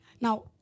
Now